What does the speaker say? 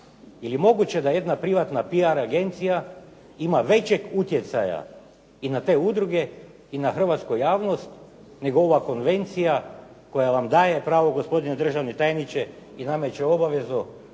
li moguće da jedna privatna PR agencija ima većeg utjecaja i na te udruge i na hrvatsku javnost nego ova konvencija koja vam daje pravo, gospodine državni tajniče i nameće obavezu